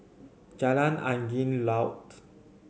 Jalan Angin Laut